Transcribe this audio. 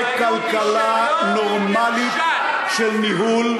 תהיה כלכלה נורמלית של ניהול,